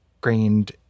grained